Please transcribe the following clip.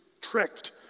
tricked